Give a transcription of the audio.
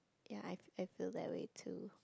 ya I fe~ feel that way too